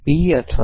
P અથવા